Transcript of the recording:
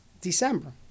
December